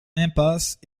impasse